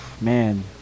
man